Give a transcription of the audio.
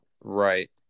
Right